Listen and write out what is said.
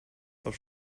auf